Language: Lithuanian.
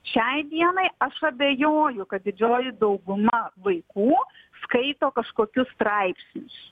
šiai dienai aš abejoju kad didžioji dauguma vaikų skaito kažkokius straipsnius